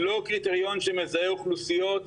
לא קריטריון שמזהה אוכלוסיות,